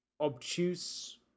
obtuse